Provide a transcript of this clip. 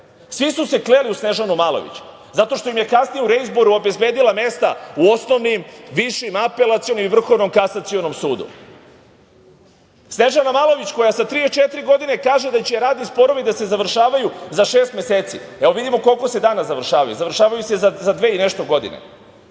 Svi su se kleli u Snežanu Malović, zato što im je kasnije u reizboru obezbedila mesta u osnovnim, višim, apelacionim i Vrhovnom kasacionom sudu. Snežana Malović, koja sa 34 godine kaže da će radni sporovi da se završavaju za šest meseci. Vidimo za koliko se danas završavaju, završavaju se za dve i nešto godine. Znači,